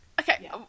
Okay